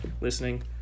listening